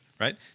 right